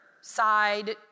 side